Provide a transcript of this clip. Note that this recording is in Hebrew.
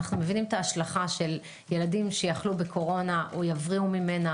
אנו מבינים את ההשלכה של ילדים שיחלו בקורונה או יבריאו ממנה